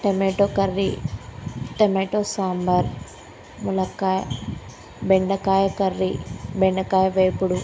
టమాట curry టమాట సాంబార్ మునగకాయ బెండకాయ కర్రీ బెండకాయ వేపుడు